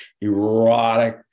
erotic